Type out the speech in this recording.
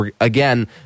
again